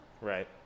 Right